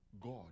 God